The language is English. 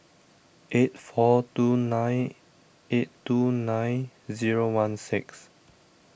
eight four two nine eight two nine zero one six